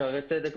שערי צדק,